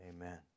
amen